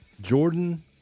Jordan